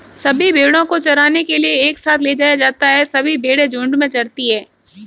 सभी भेड़ों को चराने के लिए एक साथ ले जाया जाता है सभी भेड़ें झुंड में चरती है